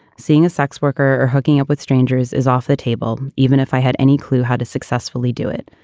seeing a sex worker or hooking up with strangers is off the table. even if i had any clue how to successfully do it,